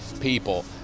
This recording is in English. people